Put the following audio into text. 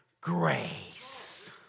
grace